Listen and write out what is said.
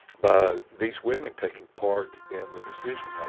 by these women taking part in the decision-making.